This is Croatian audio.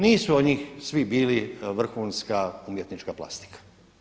Nisu od njih svi bili vrhunska umjetnička plastika.